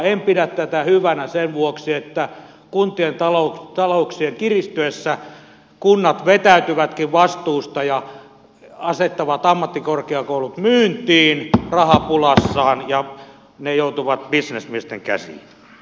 en pidä tätä hyvänä sen vuoksi että kuntien talouksien kiristyessä kunnat vetäytyvätkin vastuusta ja asettavat ammattikorkeakoulut myyntiin rahapulassaan ja ne joutuvat bisnesmiesten käsiin